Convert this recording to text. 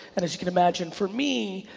and as you can imagine for me,